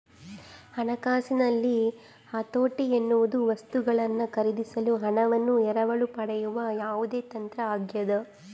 ಹಣಕಾಸಿನಲ್ಲಿ ಹತೋಟಿ ಎನ್ನುವುದು ವಸ್ತುಗಳನ್ನು ಖರೀದಿಸಲು ಹಣವನ್ನು ಎರವಲು ಪಡೆಯುವ ಯಾವುದೇ ತಂತ್ರ ಆಗ್ಯದ